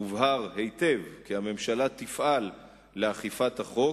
הובהר היטב כי הממשלה תפעל לאכיפת החוק